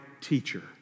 teacher